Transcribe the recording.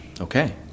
Okay